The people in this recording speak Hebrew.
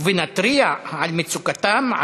ונתריע על מצוקתם,